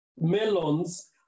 melons